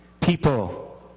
people